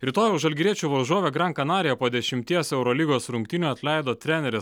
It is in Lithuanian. rytojaus žalgiriečių varžovė gran kanarija po dešimties eurolygos rungtynių atleido trenerį